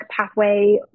pathway